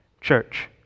church